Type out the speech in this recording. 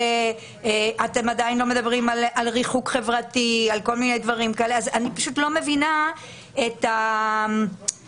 אתם עדיין לא מדברים על ריחוק חברתי - אני פשוט לא מבינה את ההיגיון,